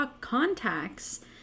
contacts